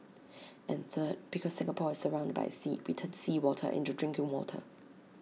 and third because Singapore is surrounded by sea we turn seawater into drinking water